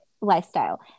lifestyle